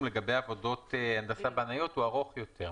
לגבי עבודות הנדסה בנאיות הוא ארוך יותר.